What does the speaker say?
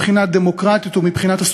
וקודרת,